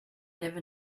never